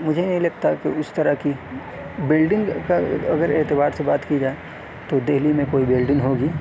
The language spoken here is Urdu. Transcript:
مجھے نہیں لگتا کہ اس طرح کی بلڈنگ کا اگر اعتبار سے بات کی جائے تو دہلی میں کوئی بلڈنگ ہوگی